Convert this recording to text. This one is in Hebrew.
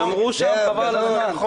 שמרו שם חבל על הזמן...